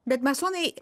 bet masonai